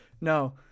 No